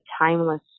timeless